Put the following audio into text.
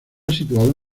situada